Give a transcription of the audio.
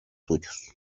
suyos